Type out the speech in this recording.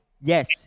Yes